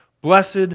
Blessed